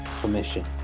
permission